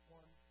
one